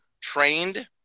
trained